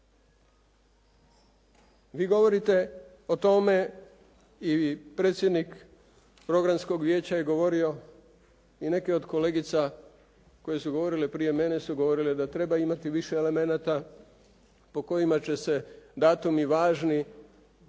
Vi govorite o tome i predsjednik programskog vijeća je govorio i neke od kolegica koje su govorile prije mene su govorile da treba imati više elemenata po kojima će se datumi važni